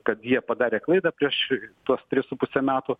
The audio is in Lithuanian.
kad jie padarė klaidą prieš tuos tris su puse metų